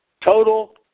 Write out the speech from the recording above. Total